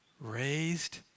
raised